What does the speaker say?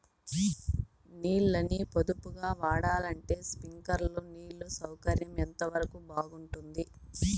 నీళ్ళ ని పొదుపుగా వాడాలంటే స్ప్రింక్లర్లు నీళ్లు సౌకర్యం ఎంతవరకు బాగుంటుంది?